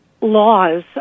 laws